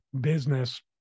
business